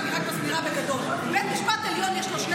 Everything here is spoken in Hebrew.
אבל אני רק מסבירה בגדול: לבית המשפט העליון יש שני